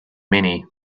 many